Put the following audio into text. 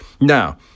Now